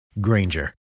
Granger